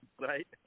right